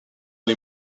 les